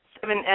seven